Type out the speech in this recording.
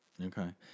Okay